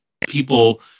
people